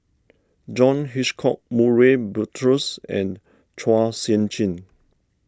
John Hitchcock Murray Buttrose and Chua Sian Chin